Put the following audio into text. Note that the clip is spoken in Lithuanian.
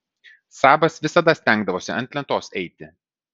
sabas visada stengdavosi ant lentos eiti